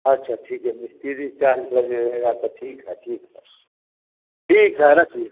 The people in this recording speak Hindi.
अच्छा ठीक है मिस्त्री चार्ज लगेगा तो ठीक है ठीक है ठीक है रखिए